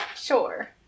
Sure